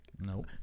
Nope